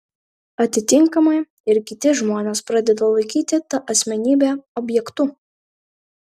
atitinkamai ir kiti žmonės pradeda laikyti tą asmenybę objektu